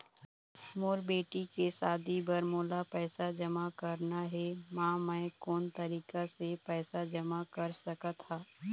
मोर बेटी के शादी बर मोला पैसा जमा करना हे, म मैं कोन तरीका से पैसा जमा कर सकत ह?